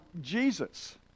Jesus